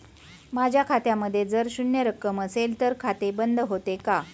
माझ्या खात्यामध्ये जर शून्य रक्कम असेल तर खाते बंद होते का?